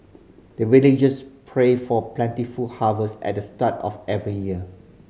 the villagers pray for plentiful harvest at the start of every year